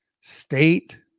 state